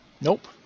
Nope